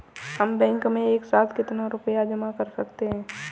हम बैंक में एक साथ कितना रुपया जमा कर सकते हैं?